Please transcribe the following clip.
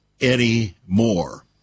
anymore